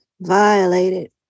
violated